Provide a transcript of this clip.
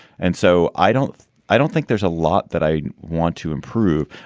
and so i don't i don't think there's a lot that i want to improve.